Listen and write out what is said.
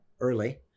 early